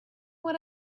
what